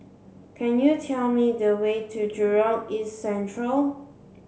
can you tell me the way to Jurong East Central